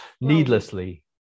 needlessly